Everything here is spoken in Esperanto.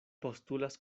postulas